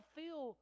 feel